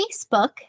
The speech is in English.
Facebook